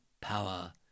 Power